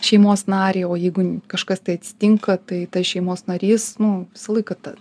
šeimos narį o jeigu kažkas tai atsitinka tai tas šeimos narys nu visą laiką ta